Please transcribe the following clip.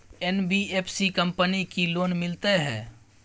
NBFC company की loan मिलते है?